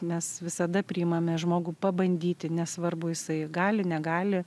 mes visada priimame žmogų pabandyti nesvarbu jisai gali negali